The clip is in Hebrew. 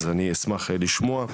אז אני אשמח לשמוע,